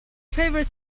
favorite